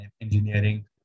engineering